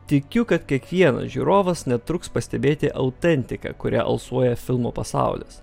tikiu kad kiekvienas žiūrovas netruks pastebėti autentiką kuria alsuoja filmo pasaulis